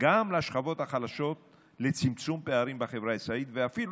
גם לשכבות החלשות לצמצום פערים בחברה הישראלית ואפילו